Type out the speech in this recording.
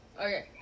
Okay